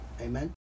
Amen